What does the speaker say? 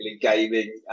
gaming